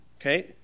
okay